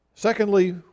Secondly